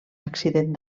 accident